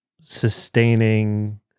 sustaining